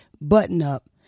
button-up